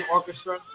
Orchestra